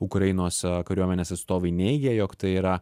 ukrainos kariuomenės atstovai neigia jog tai yra